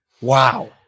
wow